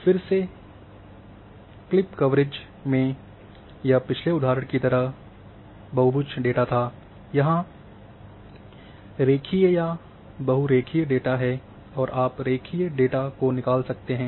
फिर से clip coverage में यह पिछले उदाहरण की तरह यह बहुभुज डेटा था यहां रेखीय या बहुरेखीय डेटा है और आप रेखीय डेटा को निकाल सकते हैं